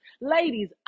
Ladies